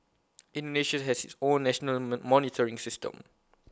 Indonesia has its own national monitoring system